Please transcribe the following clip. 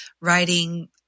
writing